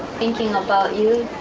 thinking about you,